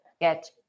get